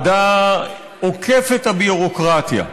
הוועדה עוקפת הביורוקרטיה,